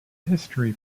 history